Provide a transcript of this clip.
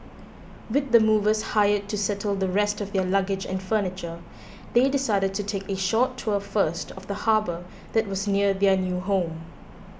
with the movers hired to settle the rest of their luggage and furniture they decided to take a short tour first of the harbour that was near their new home